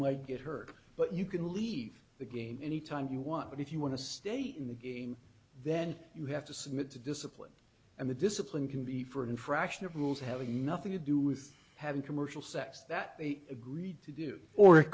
might get hurt but you can leave the game any time you want but if you want to stay in the game then you have to submit to discipline and the discipline can be for an infraction of rules having nothing to do with having commercial sex that they agreed to do or